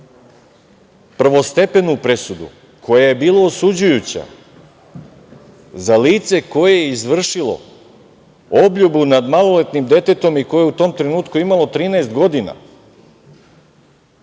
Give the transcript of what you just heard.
prvostepenu presudu koja je bila osuđujuća za lice koje je izvršilo obljubu nad maloletnim detetom i koje je u tom trenutku imalo 13 godina,